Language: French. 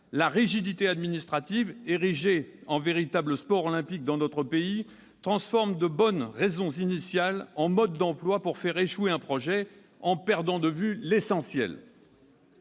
la rigidité administrative, érigée en véritable sport olympique dans notre pays, transforme de bonnes raisons initiales en mode d'emploi pour faire échouer un projet, en perdant de vue l'essentiel.